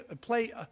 play